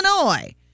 Illinois